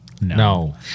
no